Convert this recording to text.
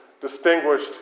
distinguished